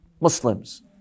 Muslims